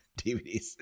DVDs